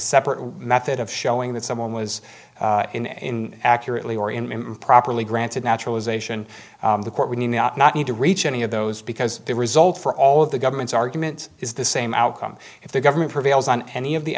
separate method of showing that someone was in accurately or in improperly granted naturalization the court would not need to reach any of those because they result for all of the government's arguments is the same outcome if the government prevails on any of the